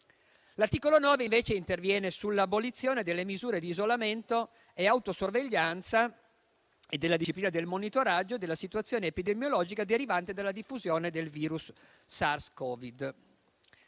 L'articolo 9 interviene sull'abolizione delle misure di isolamento e autosorveglianza e della disciplina del monitoraggio della situazione epidemiologica derivante dalla diffusione del virus SARS-CoV-2.